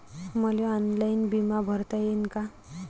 मले ऑनलाईन बिमा भरता येईन का?